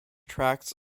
tracts